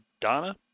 Donna